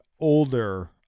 older